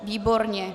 Výborně.